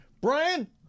Brian